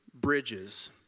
bridges